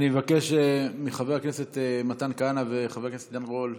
אני מבקש מחבר הכנסת מתן כהנא וחבר הכנסת עידן רול,